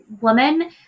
woman